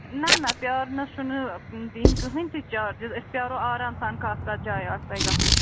نہَ نہَ پرٛارنَس چھُنہٕ دِنۍ کٕہٕنٛۍ تہِ چارجِز أسۍ پرٛارو آرام سان کَتھ کَتھ جایہِ آسہِ تۄہہِ گژھُن